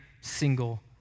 single